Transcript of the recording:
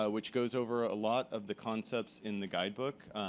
ah which goes over a lot of the concepts in the guidebook.